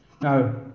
Now